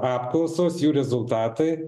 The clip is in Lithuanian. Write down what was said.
apklausos jų rezultatai